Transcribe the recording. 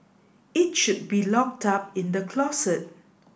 it should be locked up in the closet